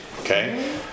okay